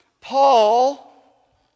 Paul